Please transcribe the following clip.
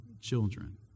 children